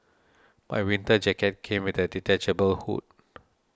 my winter jacket came with a detachable hood